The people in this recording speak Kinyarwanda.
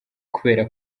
kubera